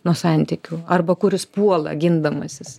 nuo santykių arba kuris puola gindamasis